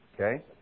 Okay